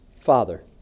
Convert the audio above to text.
father